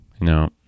no